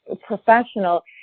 professional –